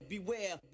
Beware